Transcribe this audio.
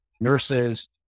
nurses